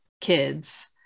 kids